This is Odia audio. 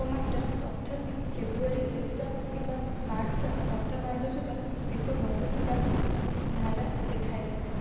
ତାପମାତ୍ରା ତଥାପି ଫେବୃଆରୀ ଶେଷ କିମ୍ବା ମାର୍ଚ୍ଚର ପ୍ରଥମାର୍ଦ୍ଧ ସୁଦ୍ଧା ଏକ ବଢ଼ୁଥିବା ଧାରା ଦେଖାଏ